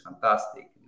fantastic